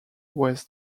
was